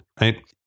right